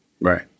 Right